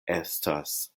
estas